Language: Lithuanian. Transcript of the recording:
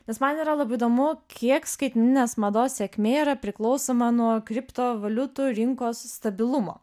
nes man yra labai įdomu kiek skaitmeninės mados sėkmė yra priklausoma nuo kriptovaliutų rinkos stabilumo